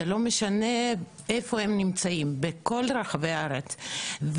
זה לא משנה איפה הם נמצאים ברחבי הארץ.